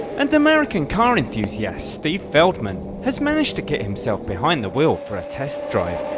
and american car enthusiast steve feldman has managed to get himself behind the wheel for a test drive.